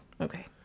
Okay